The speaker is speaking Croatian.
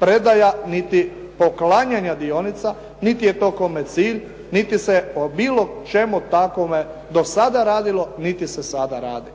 predaja niti poklanjanja dionica, niti je to kome cilj, niti se po bilo čemu takvom do sada radilo, niti se sada radi.